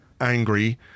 angry